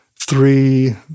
three